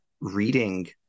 reading